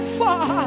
far